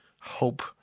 Hope